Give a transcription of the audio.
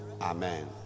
Amen